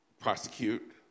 prosecute